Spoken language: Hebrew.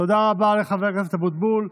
תודה רבה לחבר הכנסת אבוטבול.